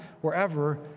wherever